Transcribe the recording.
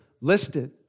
listed